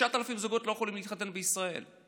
9,000 זוגות לא יכולים להתחתן בישראל.